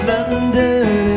London